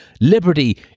liberty